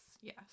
yes